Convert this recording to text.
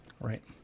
Right